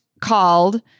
called